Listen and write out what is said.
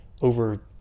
over